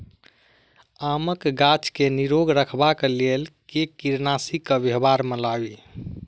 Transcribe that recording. आमक गाछ केँ निरोग रखबाक लेल केँ कीड़ानासी केँ व्यवहार मे लाबी?